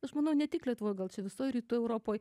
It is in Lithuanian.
aš manau ne tik lietuvoj gal čia visoj rytų europoj